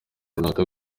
runaka